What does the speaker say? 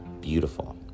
beautiful